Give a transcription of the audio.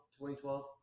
2012